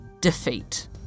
defeat